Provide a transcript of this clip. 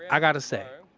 i gotta say,